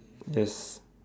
yes